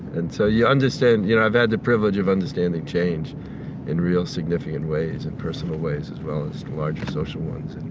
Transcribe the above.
and so you understand you know i've had the privilege of understanding change in real significant ways and personal ways, as well as the larger social ones.